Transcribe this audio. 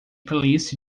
playlist